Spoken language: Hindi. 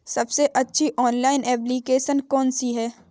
सबसे अच्छी ऑनलाइन एप्लीकेशन कौन सी है?